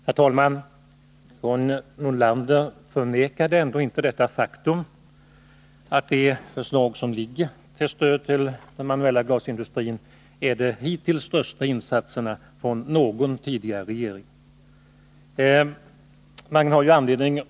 Herr talman! Karin Nordlander förnekade ändå inte faktum, att det förslag som föreligger om stöd för den manuella glasindustrin representerar de största insatser som någon regering gjort.